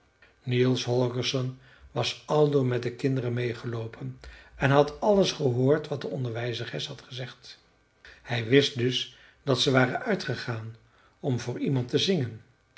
niels holgersson was aldoor met de kinderen meêgeloopen en had alles gehoord wat de onderwijzeres had gezegd hij wist dus dat ze waren uitgegaan om voor iemand te zingen